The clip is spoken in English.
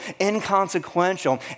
inconsequential